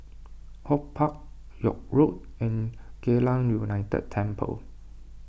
HortPark York Road and Geylang United Temple